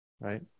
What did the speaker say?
right